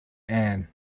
anne